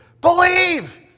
believe